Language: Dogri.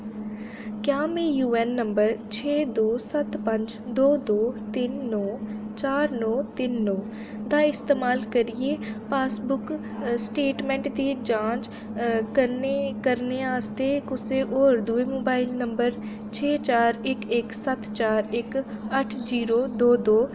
क्या में यूऐन्न नंबर छे दो सत्त पंज दो दो त्रै नौ चार नौ त्रै नौ दा इस्तेमाल करियै पासबुक स्टेटमैंट दी जांच करने आस्तै कुसै होर दुए मोबाइल नंबर छे चार इक इक सत्त चार इक अट्ठ जीरो दो दो